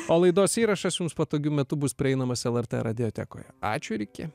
o laidos įrašas jums patogiu metu bus prieinamas lrt radiotekoje ačiū ir iki